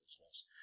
business